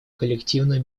коллективную